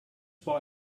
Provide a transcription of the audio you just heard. why